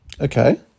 Okay